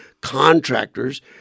contractors